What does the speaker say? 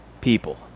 people